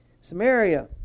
Samaria